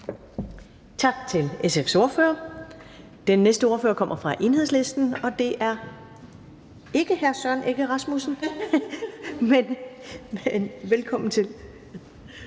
Tak til SF's ordfører. Den næste ordfører kommer fra Enhedslisten, og det er ikke hr. Søren Egge Rasmussen, men velkommen til.